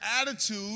attitude